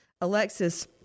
Alexis